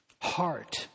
heart